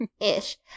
Ish